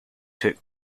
took